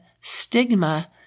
stigma